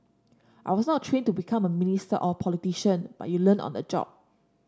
I was not trained to become a minister or a politician but you learn on the job